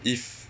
if